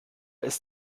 ist